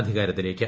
അധികാരത്തിലേക്ക്